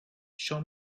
show